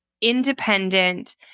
independent